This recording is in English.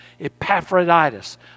Epaphroditus